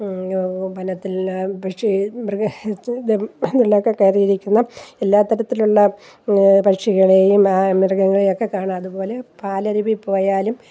വനത്തിൽ പക്ഷി മൃഗ എല്ലാം ഒക്കെ കയറി ഇരിക്കുന്ന എല്ലാ തരത്തിലുള്ള പക്ഷികൾ മൃഗങ്ങളെയൊക്കെ കാണാം അതുപോലെ പാലരുവിയിൽ പോയാലും